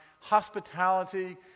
hospitality